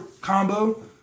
combo